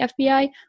FBI